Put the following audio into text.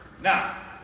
Now